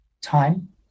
time